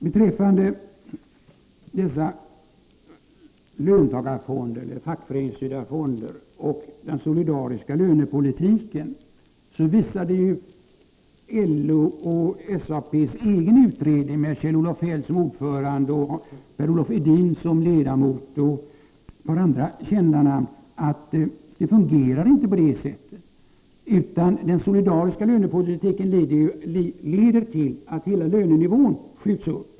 Beträffande dessa löntagarfonder, eller fackföreningsstyrda fonder, och den solidariska lönepolitiken vill jag hänvisa till LO:s och SAP:s egen utredning med Kjell-Olof Feldt som ordförande och med Per Olof Edin och andra kända namn. Den visade att det inte fungerade på det sätt som Lennart Nilsson talar om. Den solidariska lönepolitiken leder i stället till att den totala lönenivån stiger.